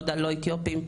לא אתיופים.